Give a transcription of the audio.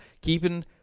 keeping